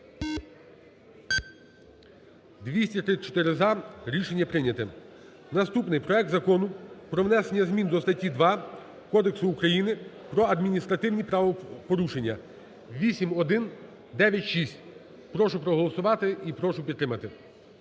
За-234 Рішення прийнято. Наступний. Проект Закону про внесення змін до статті 2 Кодексу України про адміністративні правопорушення (8196). Прошу проголосувати і прошу підтримати